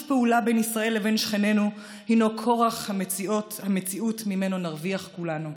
פעולה בין ישראל לבין שכנינו הינו כורח המציאות וממנו נרוויח כולנו.